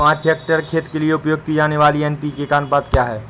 पाँच हेक्टेयर खेत के लिए उपयोग की जाने वाली एन.पी.के का अनुपात क्या होता है?